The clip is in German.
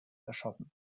erschossen